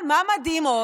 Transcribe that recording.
אבל מה עוד מדהים?